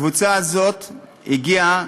הקבוצה הזאת הגיעה